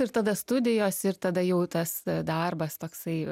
ir tada studijos ir tada jau tas darbas toksai